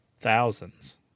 thousands